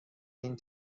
این